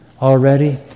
already